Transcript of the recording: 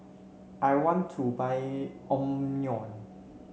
I want to buy Omron